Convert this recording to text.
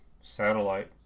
satellite